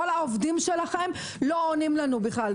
כל העובדים שלהם לא עונים לנו בכלל.